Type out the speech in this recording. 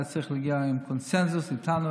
היה צריך להגיע עם קונסנזוס איתנו,